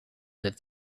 that